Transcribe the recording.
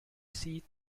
seat